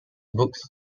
books